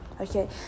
okay